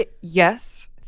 Yes